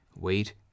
Wait